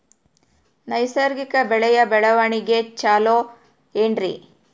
ನೈಸರ್ಗಿಕ ಬೆಳೆಯ ಬೆಳವಣಿಗೆ ಚೊಲೊ ಏನ್ರಿ?